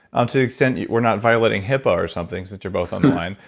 um to the extent we're not violating hipaa or something since you're both on the line.